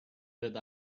but